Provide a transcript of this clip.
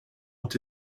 ont